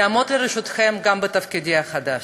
אעמוד לרשותכם גם בתפקידי החדש.